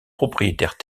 propriétaires